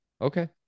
Okay